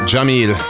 Jamil